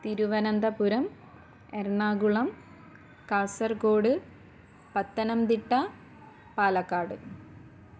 Thiruvananthapuram Ernakulam Kasaragod Pathanamthitta Palakkad